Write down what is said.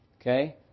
Okay